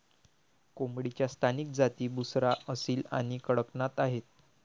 कोंबडीच्या स्थानिक जाती बुसरा, असील आणि कडकनाथ आहेत